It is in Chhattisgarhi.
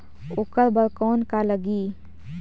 ओकर बर कौन का लगी?